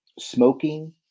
smoking